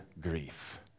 grief